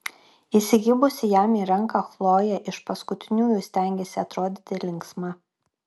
įsikibusi jam į ranką chlojė iš paskutiniųjų stengėsi atrodyti linksma